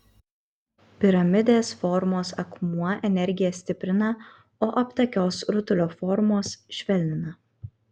piramidės formos akmuo energiją stiprina o aptakios rutulio formos švelnina